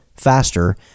faster